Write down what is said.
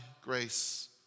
grace